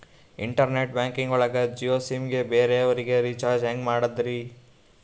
Internet banking ಒಳಗ Jio sim ಗೆ ಬೇರೆ ಅವರಿಗೆ ರೀಚಾರ್ಜ್ ಹೆಂಗ್ ಮಾಡಿದ್ರಿ?